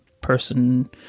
person